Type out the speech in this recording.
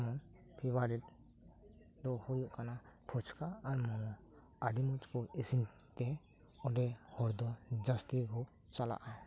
ᱡᱮᱢᱚᱱ ᱯᱷᱮᱵᱟᱨᱮᱴ ᱫᱚ ᱦᱳᱭᱳᱜ ᱠᱟᱱᱟ ᱯᱷᱩᱪᱠᱟ ᱟᱨ ᱢᱳᱢᱳ ᱟᱹᱰᱤ ᱢᱚᱸᱡᱽ ᱠᱚ ᱤᱥᱤᱱ ᱛᱮ ᱚᱰᱮ ᱦᱚᱲ ᱫᱚ ᱡᱟᱹᱥᱛᱤ ᱠᱚ ᱪᱟᱞᱟᱜᱼᱟ